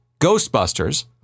Ghostbusters